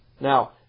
Now